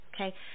Okay